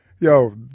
Yo